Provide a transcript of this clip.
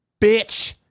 bitch